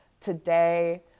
today